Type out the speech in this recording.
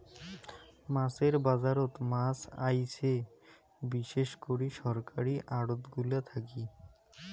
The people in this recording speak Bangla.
মাছের বাজারত মাছ আইসে বিশেষ করি সরকারী আড়তগুলা থাকি